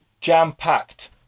jam-packed